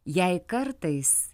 jei kartais